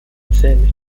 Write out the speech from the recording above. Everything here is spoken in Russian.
цены